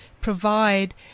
provide